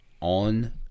on